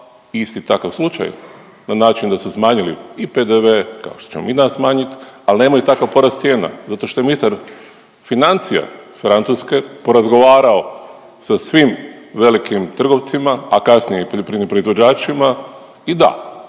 isti takav slučaj na način da su smanjili i PDV, kao što ćemo i mi danas smanjit, ali nemaju takav porast cijena, zato što je ministar financija Francuske porazgovarao sa svim velikim trgovcima, a kasnije i poljoprivrednim proizvođačima, i da